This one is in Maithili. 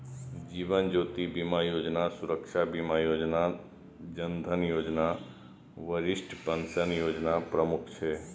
जीवन ज्योति बीमा योजना, सुरक्षा बीमा योजना, जन धन योजना, वरिष्ठ पेंशन योजना प्रमुख छै